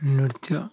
ନୃତ୍ୟ